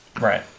Right